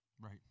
right